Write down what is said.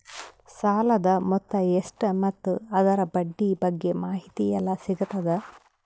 ಸಾಲದ ಮೊತ್ತ ಎಷ್ಟ ಮತ್ತು ಅದರ ಬಡ್ಡಿ ಬಗ್ಗೆ ಮಾಹಿತಿ ಎಲ್ಲ ಸಿಗತದ?